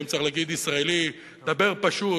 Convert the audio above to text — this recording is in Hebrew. היום צריך להגיד: ישראלי, דבר פשוט.